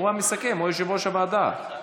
הוא המסכם, הוא יושב-ראש הוועדה,